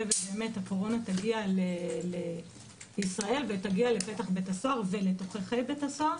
שהקורונה תגיע לישראל ותגיע לפתח בית הסוהר ולתוככי בית הסוהר.